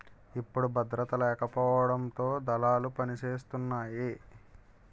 ఇప్పుడు భద్రత లేకపోవడంతో దళాలు పనిసేతున్నాయి